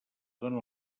dóna